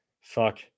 fuck